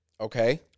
Okay